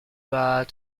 pas